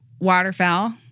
waterfowl